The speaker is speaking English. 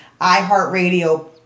iHeartRadio